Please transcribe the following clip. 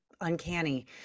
uncanny